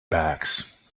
bags